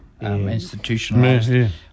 Institutionalized